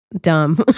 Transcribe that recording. dumb